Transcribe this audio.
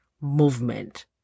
movement